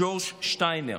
ג'ורג' שטיינר.